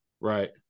right